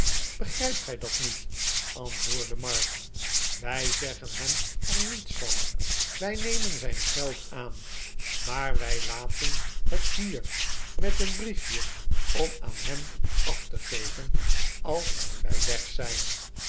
begrijpt gij dat niet antwoordde mark wij zeggen hem er niets van wij nemen zijn geld aan maar wij laten het hier met een brief je om aan hem af te geven als wij weg zijn